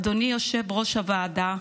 אדוני יושב-ראש הוועדה,